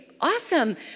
Awesome